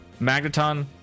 Magneton